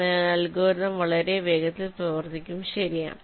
അതിനാൽ അൽഗോരിതം വളരെ വേഗത്തിൽ പ്രവർത്തിക്കും ശരിയാണ്